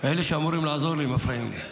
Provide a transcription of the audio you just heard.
אלה שאמורים לעזור לי, מפריעים לי.